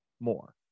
more